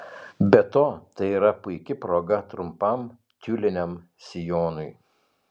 be to tai yra puiki proga trumpam tiuliniam sijonui